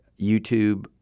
YouTube